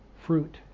fruit